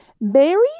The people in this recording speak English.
Mary